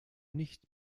nicht